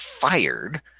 fired